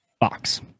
box